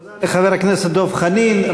תודה לחבר הכנסת דב חנין.